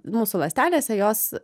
mūsų ląstelėse jos